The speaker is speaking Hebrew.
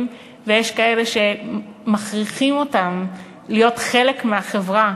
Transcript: ויש כאלה שמכריחים אותם להיות חלק מהחברה,